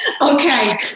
okay